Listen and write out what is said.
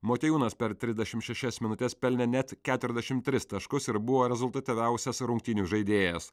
motiejūnas per trisdešim šešias minutes pelnė net keturiasdešim tris taškus ir buvo rezultatyviausias rungtynių žaidėjas